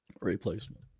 replacement